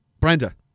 Brenda